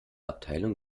abteilung